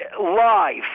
live